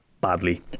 badly